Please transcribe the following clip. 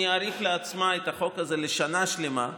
אני אאריך לעצמי את החוק הזה לשנה שלמה,